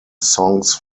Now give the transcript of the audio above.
songs